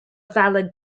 valid